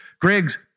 Griggs